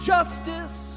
Justice